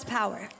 power